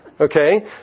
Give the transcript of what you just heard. okay